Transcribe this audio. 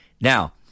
Now